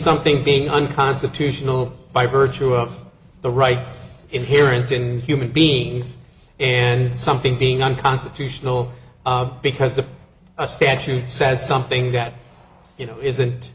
something being unconstitutional by virtue of the rights inherent in human beings and something being unconstitutional because the statute says something that you know is